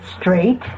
straight